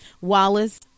Wallace